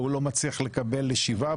והוא לא מצליח לקבל שבעה?